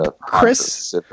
Chris